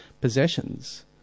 possessions